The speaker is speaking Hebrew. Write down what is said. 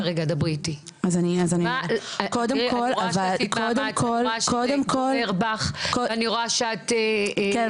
אני רואה שעשית מאמץ ואני רואה שזה בוער בך ואני רואה שאת --- כן,